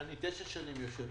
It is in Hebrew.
אני תשע שנים יושב